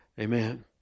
Amen